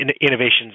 innovations